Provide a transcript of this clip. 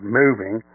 moving